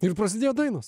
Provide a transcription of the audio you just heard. ir prasidėjo dainos